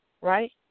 right